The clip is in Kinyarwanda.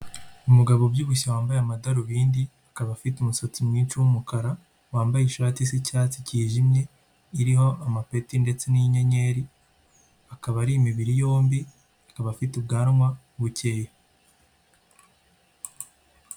Umugabo ubyibushye wambaye amadarubindi, akaba afite umusatsi mwinshi w'umukara, wambaye ishati isa icyatsi cyijimye, iriho amapeti ndetse n' inyenyeri, akaba ari imibiri yombi, akaba afite ubwanwa bukeya.